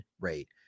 rate